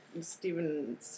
Stephen